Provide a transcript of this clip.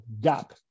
gap